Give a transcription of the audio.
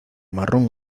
marrón